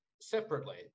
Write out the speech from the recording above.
separately